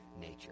nature